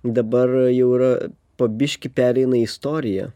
dabar jau yra po biškį pereina į istoriją